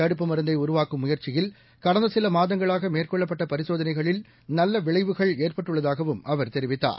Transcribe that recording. தடுப்பு மருந்தைஉருவாக்கும் முயற்சியில் கடந்தசிலமாதங்களாகமேற்கொள்ளப்பட்டபரிசோதனைகளில் நல்லவிளைவுகள் ஏற்பட்டுள்ளதாகவும் அவர் தெரிவித்தார்